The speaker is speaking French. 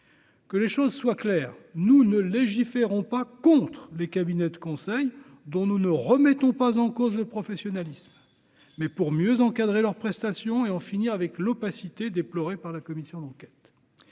que les choses soient claires, nous ne légiférons pas contre les cabinets de conseil dont nous ne remettons pas en cause le professionnalisme mais pour mieux encadrer leurs prestations et en finir avec l'opacité déplorée par la commission d'enquête,